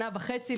שנה וחצי,